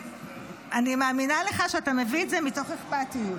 אני מאמינה לך שאתה מביא את זה מתוך אכפתיות,